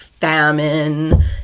famine